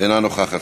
אינה נוכחת.